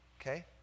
Okay